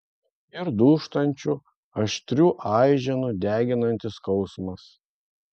ir dūžtančių aštrių aiženų deginantis skausmas